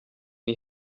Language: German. die